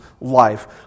life